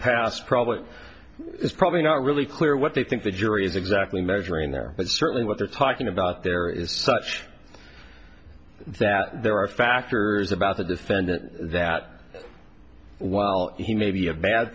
past probably is probably not really clear what they think the jury is exactly measuring there but certainly what they're talking about there is such that there are factors about the defendant that while he may be a bad